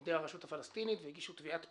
בידי הרשות הפלסטינית והגישו תביעת פיצויים.